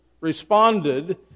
responded